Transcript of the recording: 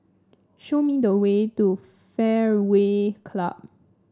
show me the way to Fairway Club